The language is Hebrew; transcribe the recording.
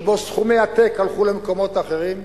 שבו סכומי עתק הלכו למקומות אחרים,